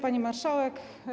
Pani Marszałek!